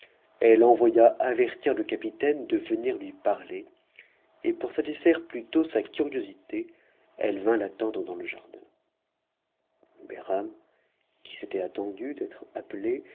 elle envoya avertir le capitaine de venir lui parler et pour satisfaire plus tôt sa curiosité elle vint l'attendre dans le jardin behram qui s'était attendu d'être appelé